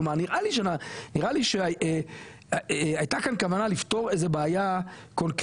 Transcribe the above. כלומר נראה לי שהייתה כאן כוונה לפתור איזה בעיה קונקרטית,